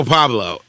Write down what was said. Pablo